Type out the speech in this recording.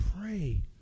pray